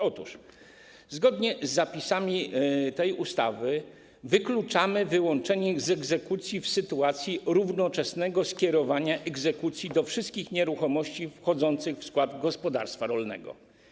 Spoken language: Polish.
Otóż zgodnie z zapisami tej ustawy wykluczamy wyłączenie z egzekucji w sytuacji równoczesnego skierowania egzekucji do wszystkich nieruchomości wchodzących w skład gospodarstwa rolnego.